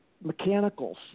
mechanicals